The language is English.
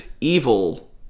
evil